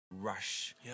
rush